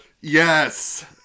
Yes